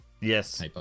Yes